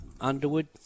Underwood